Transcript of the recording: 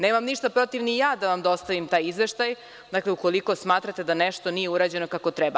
Nemam ništa protiv ni ja da vam dostavim taj izveštaj ukoliko smatrate da nešto nije urađeno kako treba.